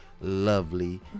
lovely